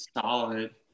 solid